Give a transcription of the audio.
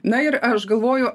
na ir aš galvoju